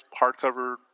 hardcover